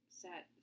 set